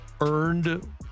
earned